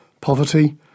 Poverty